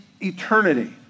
eternity